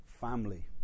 family